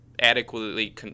adequately